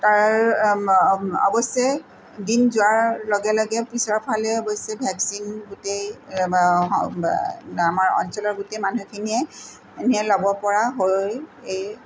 তাৰ অৱশ্যে দিন যোৱাৰ লগে লগে পিছৰফালে অৱশ্যে ভেক্সিন গোটেই আমাৰ অঞ্চলৰ গোটেই মানুহখিনিয়ে এনে ল'ব পৰা হৈ এই